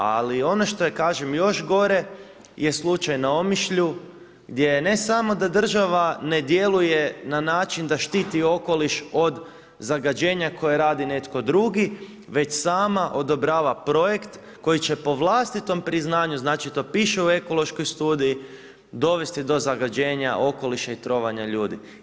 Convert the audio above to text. Ali ono što je kažem još gore je slučaj na Omišlju gdje je ne samo da država ne djeluje na način da štiti okoliš od zagađenja koje radi netko drugi već sama odobrava projekt koji će po vlastitom priznanju, znači to piše u ekološkoj studiji dovesti do zagađenja okoliša i trovanja ljudi.